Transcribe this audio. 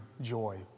joy